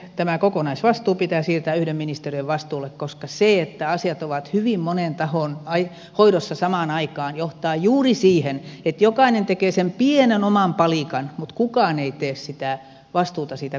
tämä kokonaisvastuu pitää siirtää yhden ministeriön vastuulle koska se että asiat ovat hyvin monen tahon hoidossa samaan aikaan johtaa juuri siihen että jokainen tekee sen pienen oman palikan mutta kukaan ei ota sitä vastuuta siitä kokonaisuudesta